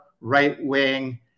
right-wing